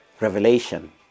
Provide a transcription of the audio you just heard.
Revelation